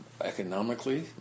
economically